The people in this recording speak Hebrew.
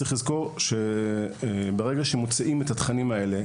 צריך לזכור שברגע שמוציאים את התכנים האלה,